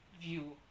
view